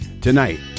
Tonight